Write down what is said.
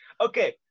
Okay